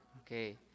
Okay